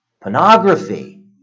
pornography